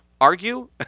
Argue